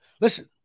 listen